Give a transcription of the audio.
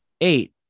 eight